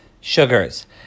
Sugars